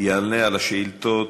יענה על השאילתות